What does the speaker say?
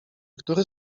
który